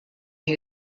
who